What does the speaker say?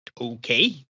okay